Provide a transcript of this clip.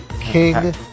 King